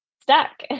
stuck